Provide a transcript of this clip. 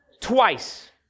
twice